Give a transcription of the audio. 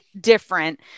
different